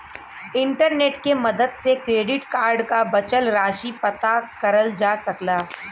internet के मदद से क्रेडिट कार्ड क बचल राशि पता करल जा सकला